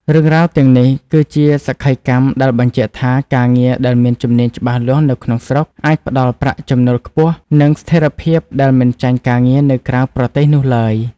រឿងរ៉ាវទាំងនេះគឺជាសក្ខីកម្មដែលបញ្ជាក់ថា ការងារដែលមានជំនាញច្បាស់លាស់នៅក្នុងស្រុក អាចផ្ដល់ប្រាក់ចំណូលខ្ពស់ និងស្ថិរភាពដែលមិនចាញ់ការងារនៅក្រៅប្រទេសនោះឡើយ។